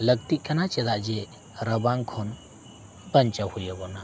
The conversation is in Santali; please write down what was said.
ᱞᱟᱹᱠᱛᱤᱜ ᱠᱟᱱᱟ ᱪᱮᱫᱟᱜ ᱡᱮ ᱨᱟᱵᱟᱝ ᱠᱷᱚᱱ ᱵᱟᱧᱪᱟᱣ ᱦᱩᱭ ᱵᱚᱱᱟ